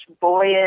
boyish